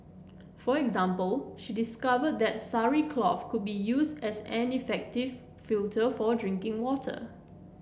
for example she discovered that sari cloth could be used as an effective filter for drinking water